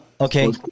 Okay